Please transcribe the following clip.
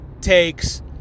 takes